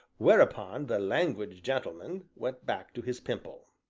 whereupon the languid gentleman went back to his pimple.